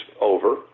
over